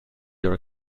your